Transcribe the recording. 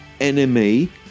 Enemy